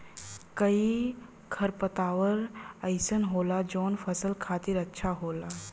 कई खरपतवार अइसनो होला जौन फसल खातिर अच्छा होला